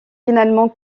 finalement